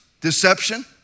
Deception